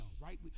right